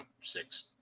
six